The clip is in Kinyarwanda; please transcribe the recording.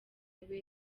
iwe